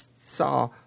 saw